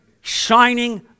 shining